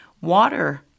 Water